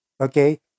Okay